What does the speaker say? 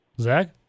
Zach